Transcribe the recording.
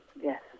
yes